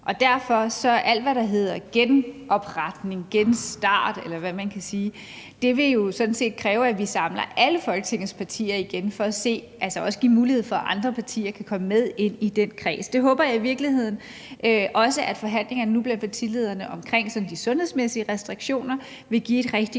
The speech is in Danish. Derfor vil alt, hvad der hedder genopretning, genstart, eller hvad man kan sige, sådan set kræve, at vi samler alle Folketingets partier igen for at give mulighed for, at andre partier også kan komme med ind i den kreds. Det håber jeg i virkeligheden også forhandlingerne nu blandt partilederne om sådan de sundhedsmæssige restriktioner vil give et rigtig